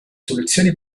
soluzioni